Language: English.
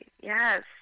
yes